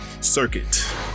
Circuit